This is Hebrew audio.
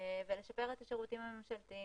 ולשפר את השירותים הממשלתיים.